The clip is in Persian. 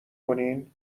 کنین